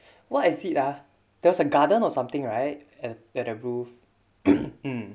what is it ah there was a garden or something right at the the roof mm